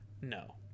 No